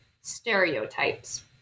stereotypes